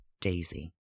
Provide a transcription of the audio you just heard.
Daisy